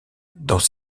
dans